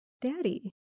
daddy